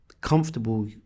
comfortable